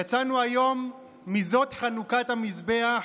יצאנו היום מ"זאת חנוכת המזבח".